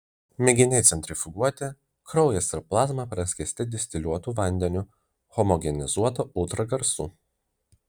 mėginiai centrifuguoti kraujas ir plazma praskiesti distiliuotu vandeniu homogenizuota ultragarsu